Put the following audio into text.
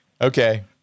Okay